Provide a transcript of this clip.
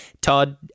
Todd